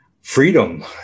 Freedom